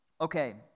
Okay